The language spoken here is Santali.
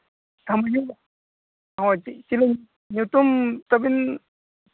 ᱧᱩᱛᱩᱢ ᱛᱟᱹᱵᱤᱱ